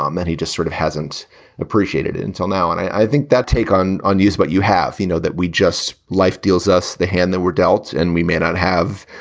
um and he just sort of. hasn't appreciated it until now, and i think that take on unus, but you have you know, that we just life deals us the hand they were dealt. and we may not have,